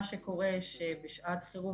זה אומר שבשעת חירום,